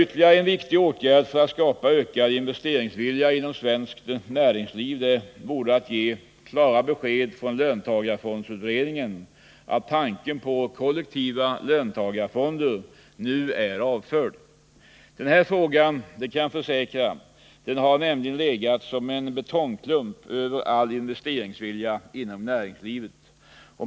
Ytterligare en viktig sak för att skapa ökad investeringsvilja inom svenskt näringsliv vore att få ett klart besked från löntagarfondsutredningen om att tanken på kollektiva löntagarfonder nu är avförd. Den här frågan — det kan jag försäkra — har nämligen legat som en betongklump över all investeringsvilja inom näringslivet.